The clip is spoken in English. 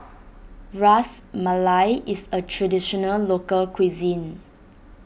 Ras Malai is a Traditional Local Cuisine